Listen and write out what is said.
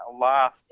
last